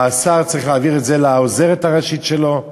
והשר צריך להעביר את זה לעוזרת הראשית שלו?